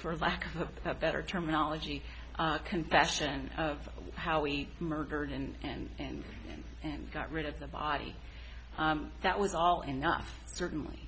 for lack of a better terminology confession of how we murdered and and got rid of the body that was all enough certainly